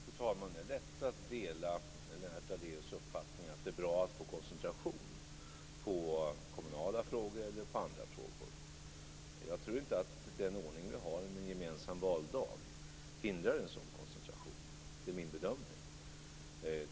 Fru talman! Det är lätt att dela Lennart Daléus uppfattning att det är bra att få koncentration på kommunala frågor eller på andra frågor. Jag tror inte att den ordning vi har, med en gemensam valdag, hindrar en sådan koncentration. Det är min bedömning.